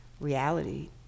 reality